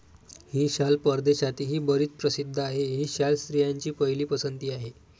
ही शाल परदेशातही बरीच प्रसिद्ध आहे, ही शाल स्त्रियांची पहिली पसंती आहे